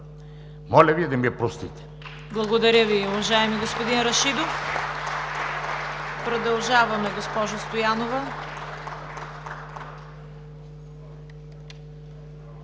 Моля Ви да ми простите.